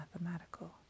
mathematical